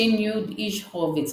ש"י איש הורוויץ,